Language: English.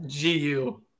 GU